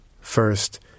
first